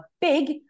big